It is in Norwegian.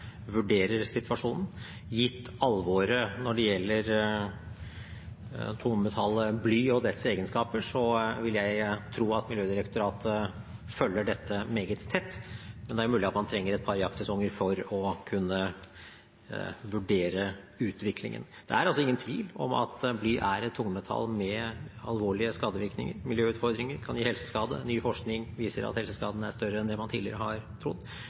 vurderer situasjonen. Gitt alvoret når det gjelder tungmetallet bly og dets egenskaper, vil jeg tro at Miljødirektoratet følger dette meget tett. Men det er mulig at man trenger et par jaktsesonger for å kunne vurdere utviklingen. Det er ingen tvil om at bly er et tungmetall med alvorlige skadevirkninger og miljøutfordringer. Det kan gi helseskade. Ny forskning viser at helseskadene er større enn det man tidligere har